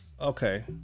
Okay